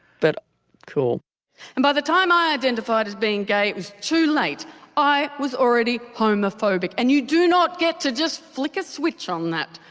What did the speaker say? but cool and by the time i identified as being gay it was too late i was already homophobic. and you do not get to just flick a switch on that.